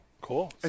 Cool